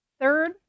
Third